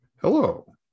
Hello